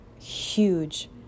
huge